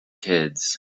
kids